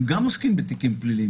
הם גם עוסקים בתיקים פליליים.